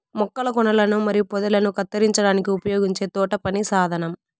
మొక్కల కొనలను మరియు పొదలను కత్తిరించడానికి ఉపయోగించే తోటపని సాధనం